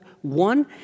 one